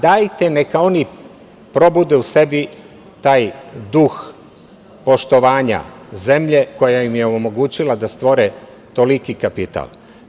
Dajte neka oni probude u sebi taj duh poštovanja zemlje koja im je omogućila da stvore toliki kapital.